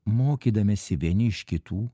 mokydamiesi vieni iš kitų